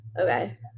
Okay